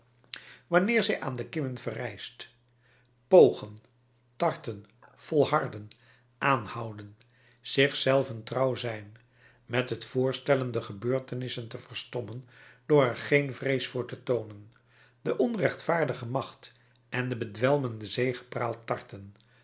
wanneer zij aan de kimmen verrijst pogen tarten volharden aanhouden zich zelven trouw zijn met het voorstellen de gebeurtenissen te verstommen door er geen vrees voor te toonen de onrechtvaardige macht en de bedwelmde zegepraal tarten